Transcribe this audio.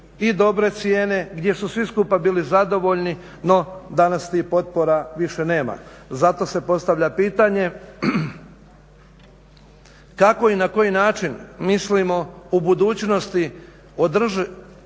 i dobre cijene, gdje su svi skupa bili zadovoljni, no danas tih potpora više nema. Zato se postavlja pitanje kako i na koji način mislimo u budućnosti održat